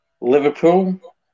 Liverpool